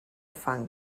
fang